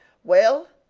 well,